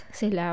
sila